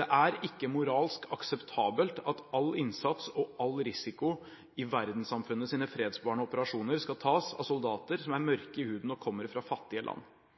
Det er ikke moralsk akseptabelt at all innsats og all risiko i verdenssamfunnets fredsbevarende operasjoner skal tas av soldater som er mørke i huden og kommer fra fattige land.